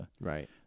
Right